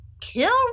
kill